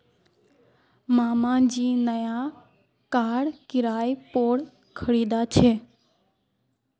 मामा जी नया कार किराय पोर खरीदा छे